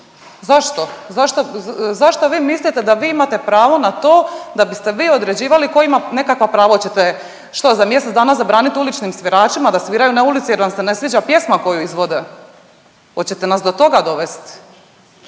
zašto, zašto vi mislite da imate pravo na to da biste vi određivali tko ima nekakva prava? Oćete što za mjesec dana zabranit uličnim sviračima da sviraju na ulici jer vam se ne sviđa pjesma koju izvode, hoćete nas do toga dovest?